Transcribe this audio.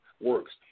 works